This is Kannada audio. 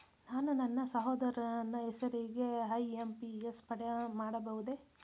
ನಾನು ನನ್ನ ಸಹೋದರನ ಹೆಸರಿಗೆ ಐ.ಎಂ.ಪಿ.ಎಸ್ ಮಾಡಬಹುದೇ?